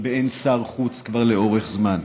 באין שר חוץ כבר לאורך זמן.